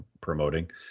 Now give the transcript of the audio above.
promoting